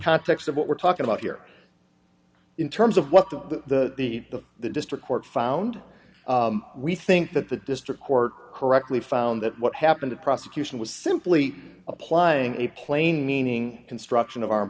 context of what we're talking about here in terms of what the the the the district court found we think that the district court correctly found that what happened the prosecution was simply applying a plain meaning construction of